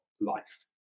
life